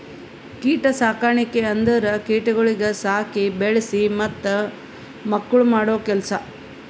ಕೀಟ ಸಾಕಣಿಕೆ ಅಂದುರ್ ಕೀಟಗೊಳಿಗ್ ಸಾಕಿ, ಬೆಳಿಸಿ ಮತ್ತ ಮಕ್ಕುಳ್ ಮಾಡೋ ಕೆಲಸ